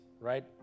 right